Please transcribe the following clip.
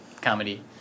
comedy